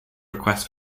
request